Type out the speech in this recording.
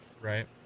right